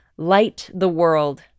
LightTheWorld